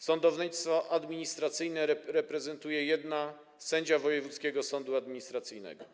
Sądownictwo administracyjne reprezentuje jedna sędzia wojewódzkiego sądu administracyjnego.